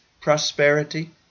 prosperity